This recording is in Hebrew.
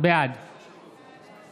בעד גלעד קריב, נגד שלמה קרעי, בעד מירי מרים